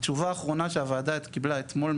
התשובה האחרונה שהוועדה קיבלה אתמול,